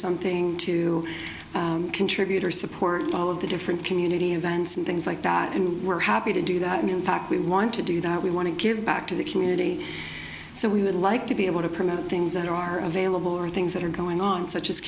something to contribute or support all of the different community events and things like that and we're happy to do that and in fact we want to do that we want to give back to the community so we would like to be able to promote things that are available or things that are going on such as